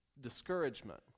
discouragement